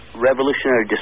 revolutionary